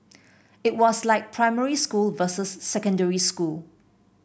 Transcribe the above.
it was like primary school versus secondary school